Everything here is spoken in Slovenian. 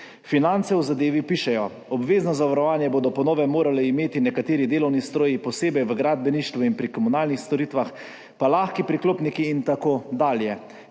Finance o zadevi pišejo: Obvezno zavarovanje bodo po novem morali imeti nekateri delovni stroji, posebej v gradbeništvu in pri komunalnih storitvah, pa lahki priklopniki in tako dalje.